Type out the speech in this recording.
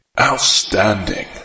Outstanding